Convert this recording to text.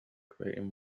creating